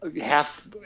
half